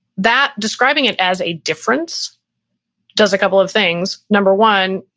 that describing it as a difference does a couple of things. number one,